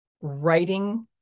writing